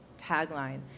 tagline